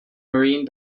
marine